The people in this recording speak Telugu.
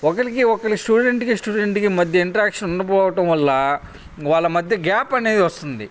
ఒకళ్ళకి ఒకళ్ళకి స్టూడెంట్కి స్టూడెంట్కి మధ్య ఇంటరాక్షన్ ఉండకపోవడం వల్ల వాళ్ళ మధ్య గ్యాప్ అనేది వస్తుంది